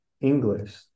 English